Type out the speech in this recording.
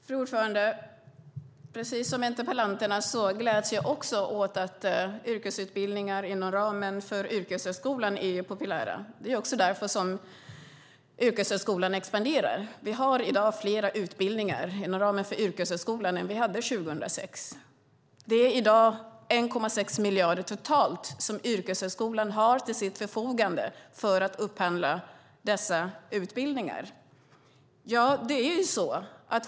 Fru talman! Precis som interpellanterna gläds också jag åt att yrkesutbildningar inom ramen för yrkeshögskolan är populära. Det är också därför som yrkeshögskolan expanderar. Vi har i dag flera utbildningar inom ramen för yrkeshögskolan än vad vi hade 2006. Det är i dag 1,6 miljarder totalt som yrkeshögskolan har till sitt förfogande för att upphandla dessa utbildningar.